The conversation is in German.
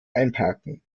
einparken